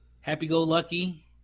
happy-go-lucky